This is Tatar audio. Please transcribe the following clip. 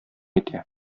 итә